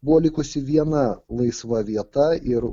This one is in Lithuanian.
buvo likusi viena laisva vieta ir